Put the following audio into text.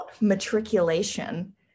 matriculation